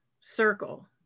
circle